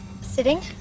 Sitting